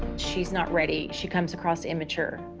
she's not ready, she comes across immature.